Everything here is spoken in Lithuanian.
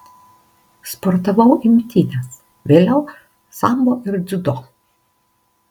sportavau imtynes vėliau sambo ir dziudo